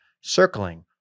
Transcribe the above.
circling